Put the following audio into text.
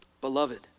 Beloved